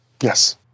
Yes